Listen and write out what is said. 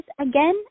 again